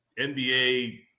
NBA